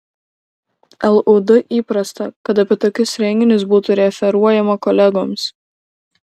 lud įprasta kad apie tokius renginius būtų referuojama kolegoms